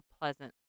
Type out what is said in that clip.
pleasant